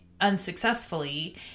unsuccessfully